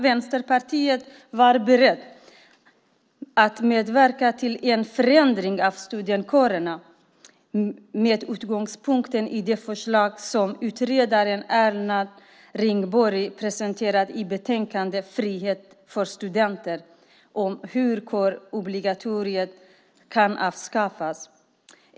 Vänsterpartiet var berett att medverka till en förändring av studentkårerna med utgångspunkt i det förslag som utredaren Erland Ringborg presenterade i betänkandet Frihet för studenter - om hur kår och nationsobligatoriet kan avskaffas .